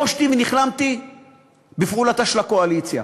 בושתי ונכלמתי מפעולתה של הקואליציה.